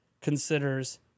considers